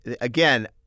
Again